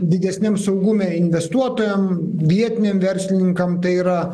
didesniam saugume investuotojam vietiniam verslininkam tai yra